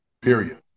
period